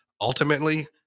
Ultimately